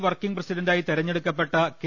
working പ്രസിഡന്റായി തെരഞ്ഞെടു ക്കപ്പെട്ട കെ